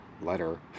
letter